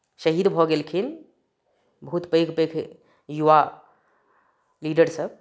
शहीद भऽ गेलखिन बहुत पैघ पैघ युवा लीडरसभ